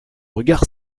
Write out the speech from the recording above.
regard